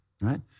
right